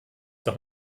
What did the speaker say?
doch